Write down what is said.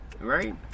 Right